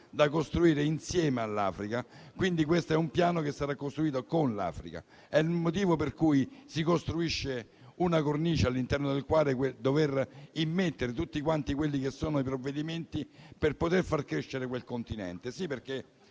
da costruire insieme all'Africa ed è un piano che sarà costruito con l'Africa. È il motivo per cui si costruisce una cornice all'interno della quale immettere tutti i provvedimenti per poter far crescere quel Continente; sì, perché